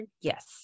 yes